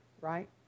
right